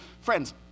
Friends